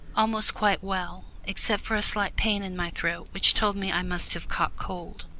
almost quite well, except for a slight pain in my throat which told me i must have caught cold,